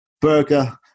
burger